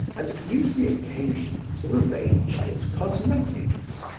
and used the occasion to arrange his cosmetics.